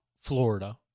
Florida